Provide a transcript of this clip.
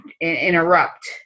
interrupt